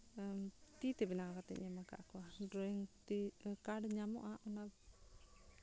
ᱛᱤ ᱛᱮ ᱵᱮᱱᱟᱣ ᱠᱟᱛᱮᱫ ᱤᱧ ᱮᱢ ᱟᱠᱟᱫ ᱠᱚᱣᱟ ᱰᱨᱚᱭᱤᱝ ᱛᱤ ᱠᱟᱨᱰ ᱧᱟᱢᱚᱜᱼᱟ ᱚᱱᱟ